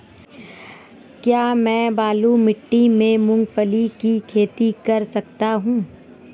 क्या मैं बालू मिट्टी में मूंगफली की खेती कर सकता हूँ?